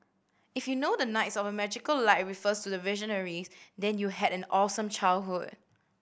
if you know the knights of a magical light refers to the Visionaries then you had an awesome childhood